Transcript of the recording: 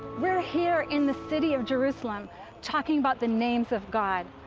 we're here in the city of jerusalem talking about the names of god.